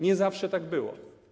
Nie zawsze tak było.